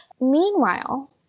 Meanwhile